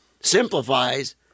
simplifies